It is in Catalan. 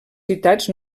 citats